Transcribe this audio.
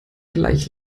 gleich